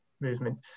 Movement